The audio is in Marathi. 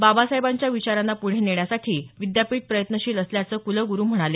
बाबासाहेबांच्या विचारांना पुढे नेण्यासाठी विद्यापीठ प्रयत्नशील असल्याचं कुलगुरू म्हणाले